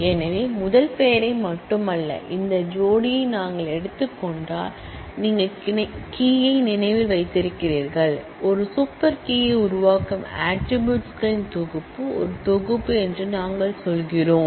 எனவே முதல் பெயரை மட்டுமல்ல இந்த ஜோடியை நாங்கள் எடுத்துக் கொண்டால் நீங்கள் கீயை நினைவில் வைத்திருக்கிறீர்கள் ஒரு சூப்பர் கீ யை உருவாக்கும் ஆட்ரிபூட்ஸ் களின் தொகுப்பு ஒரு தொகுப்பு என்று நாங்கள் சொல்கிறோம்